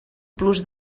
plus